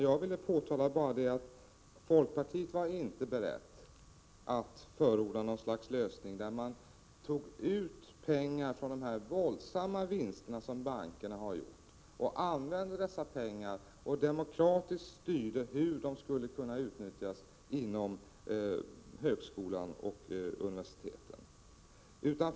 Jag ville bara påtala att folkpartiet inte var berett att förorda något slags lösning, där pengar tas från de våldsamt stora vinster som bankerna har gjort och används i syfte att åstadkomma en demokratisk styrning av hur pengarna utnyttjas inom högskolan och universiteten.